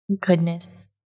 Goodness